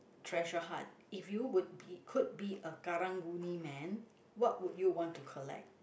treasure hunt if you would be could be a Karang-Guni man what would you want to collect